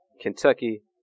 Kentucky